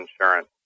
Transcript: insurance